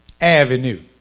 Avenue